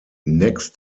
next